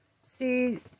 see